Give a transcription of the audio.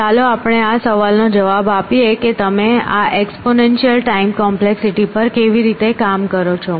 ચાલો આપણે આ સવાલનો જવાબ આપીએ કે તમે આ એક્સપોનેન્શિયલ ટાઈમ કોમ્પ્લેક્સિટી પર કેવી રીતે કામ કરો છો